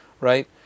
right